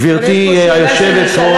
גברתי היושבת-ראש,